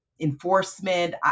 enforcement